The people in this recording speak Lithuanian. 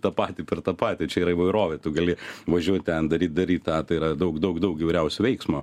tą patį per tą patį čia yra įvairovė tu gali važiuot ten daryt daryt tą tai yra daug daug daug įvairiausio veiksmo